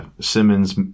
Simmons